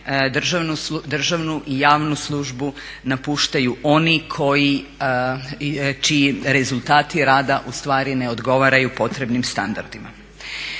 državnu i javnu službu napuštaju oni koji, čiji rezultati rada u stvari ne odgovaraju potrebnim standardima.